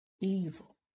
evil